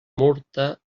murta